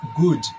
good